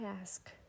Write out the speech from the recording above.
ask